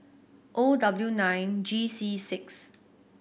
O W nine G C six